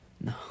No